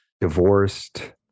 divorced